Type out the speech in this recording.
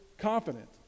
confident